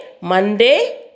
Monday